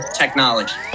technology